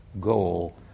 goal